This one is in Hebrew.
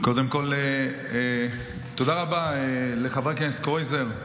קודם כול, תודה רבה לחבר הכנסת קרויזר.